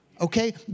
okay